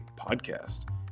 podcast